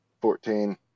Fourteen